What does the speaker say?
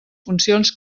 funcions